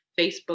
Facebook